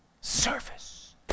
Service